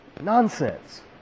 Nonsense